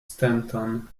stanton